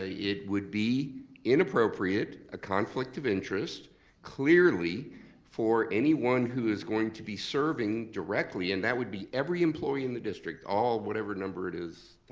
ah it would be inappropriate, a conflict of interest clearly for anyone who is going to be serving directly, and that would be every employee in the district, all whatever number it is,